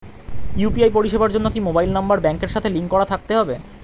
UPI পরিষেবার জন্য কি মোবাইল নাম্বার ব্যাংকের সাথে লিংক করা থাকতে হবে?